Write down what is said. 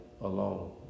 alone